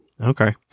Okay